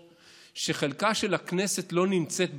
שחלקה של הכנסת לא נמצא בתוכם.